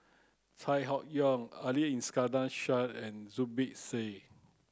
Chai Hon Yoong Ali Iskandar Shah and Zubir Said